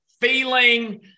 feeling